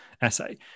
essay